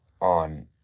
on